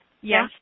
yes